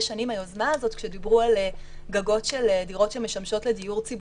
שנים היוזמה הזאת כשדיברו על גגות של דירות שמשמשות לדיור ציבורי,